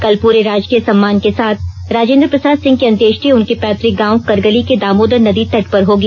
कल पूरे राजकीय सम्मान के साथ राजेंद्र प्रसाद सिंह की अंत्येष्टि उनके पैतृक गांव करगली के दामोदर नदीं तट पर होगी